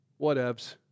whatevs